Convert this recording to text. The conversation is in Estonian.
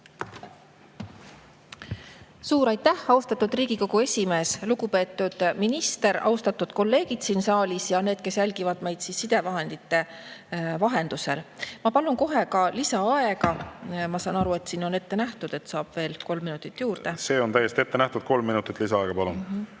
Suur aitäh, austatud Riigikogu esimees! Lugupeetud minister! Austatud kolleegid siin saalis ja need, kes jälgivad meid sidevahendite vahendusel! Ma palun kohe ka lisaaega. Ma saan aru, et ette on nähtud, et saab kolm minutit veel juurde. See on täiesti ette nähtud. Kolm minutit lisaaega, palun!